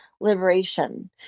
liberation